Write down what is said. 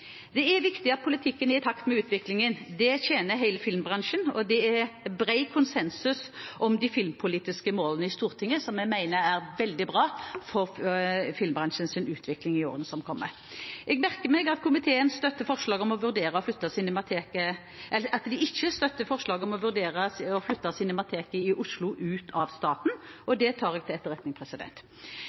Det er viktig at politikken er i takt med utviklingen. Det tjener hele filmbransjen, og det er bred konsensus om de filmpolitiske målene i Stortinget, noe som vi mener er veldig bra for filmbransjens utvikling i årene som kommer. Jeg merker meg at komiteen ikke støtter forslaget om å vurdere å flytte Cinemateket i Oslo ut av staten. Det tar jeg til etterretning Vi trenger en solid og bærekraftig filmbransje som er i